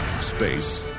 space